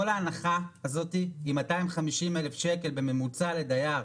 כל ההנחה הזאת היא 250,000 שקל בממוצע לדייר.